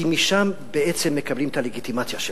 כי משם בעצם אנחנו מקבלים את הלגיטימציה שלנו.